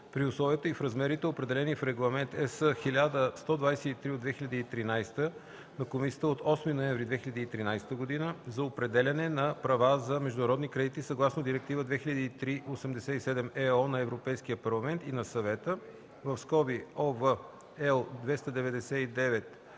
при условията и в размерите, определени в Регламент (ЕС) № 1123/2013 на Комисията от 8 ноември 2013 година за определяне на права за международни кредити съгласно Директива 2003/87/ЕО на Европейския парламент и на Съвета (OB, L 299/32,